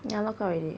ya logout already